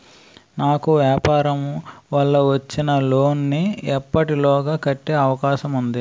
నాకు వ్యాపార వల్ల వచ్చిన లోన్ నీ ఎప్పటిలోగా కట్టే అవకాశం ఉంది?